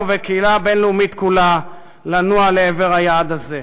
ובקהילה הבין-לאומית כולה לנוע לעבר היעד הזה.